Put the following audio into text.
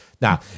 Now